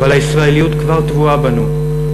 אבל הישראליות כבר טבועה בנו,